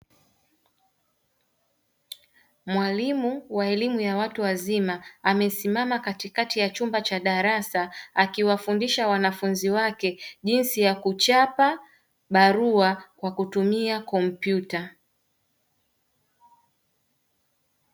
Mwalimu wa elimu ya watu wazima amesimama katikati ya chumba cha darasa akiwafundisha wanafunzi wake jinsi ya kuchapa barua kwa kutumia tarakirishi.